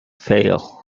fail